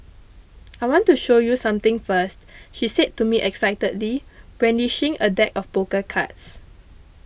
I want to show you something first she said to me excitedly brandishing a deck of poker cards